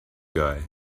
guy